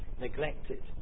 neglected